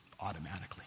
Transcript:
automatically